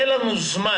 יהיה לנו זמן